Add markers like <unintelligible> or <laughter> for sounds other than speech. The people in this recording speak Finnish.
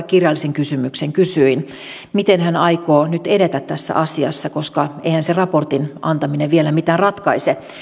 <unintelligible> kirjallisen kysymyksen kysyin miten hän aikoo nyt edetä tässä asiassa koska eihän se raportin antaminen vielä mitään ratkaise